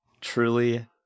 truly